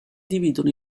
dividono